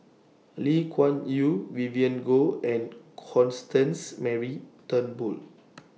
Lee Kuan Yew Vivien Goh and Constance Mary Turnbull